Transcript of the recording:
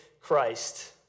Christ